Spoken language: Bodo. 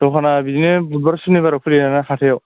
दखाना बिदिनो बुधबार सुनिबाराव खुलिनाय जायो हाथायाव